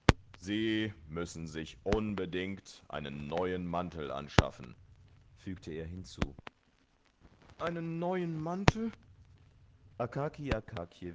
sie müssen sich unbedingt einen neuen mantel anschaffen fügte er hinzu einen neuen mantel